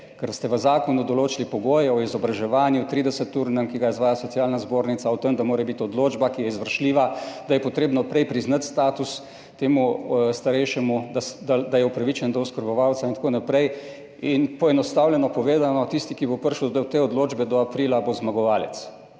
Ker ste v zakonu določili pogoje o 30-urnem izobraževanju, ki ga izvaja Socialna zbornica, o tem, da mora biti odločba, ki je izvršljiva, da je potrebno prej priznati status temu starejšemu, da je upravičen do oskrbovalca, in tako naprej. Poenostavljeno povedano, tisti, ki bo prišel do te odločbe do aprila, bo zmagovalec.